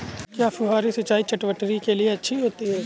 क्या फुहारी सिंचाई चटवटरी के लिए अच्छी होती है?